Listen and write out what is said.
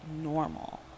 normal